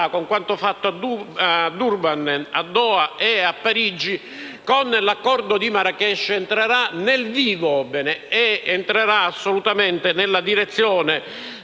con quanto fatto a Durban, a Doha e a Parigi, con l'accordo di Marrakech entrerà nel vivo ed entrerà assolutamente nella direzione